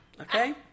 Okay